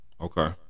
okay